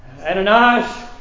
Ananias